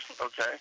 Okay